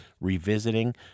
revisiting